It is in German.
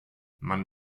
man